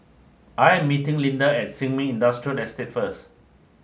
I am meeting Linda at Sin Ming Industrial Estate first